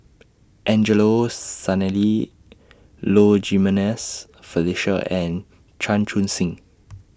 Angelo Sanelli Low Jimenez Felicia and Chan Chun Sing